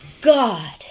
god